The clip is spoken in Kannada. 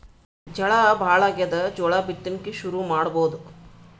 ಝಳಾ ಭಾಳಾಗ್ಯಾದ, ಜೋಳ ಬಿತ್ತಣಿಕಿ ಶುರು ಮಾಡಬೋದ?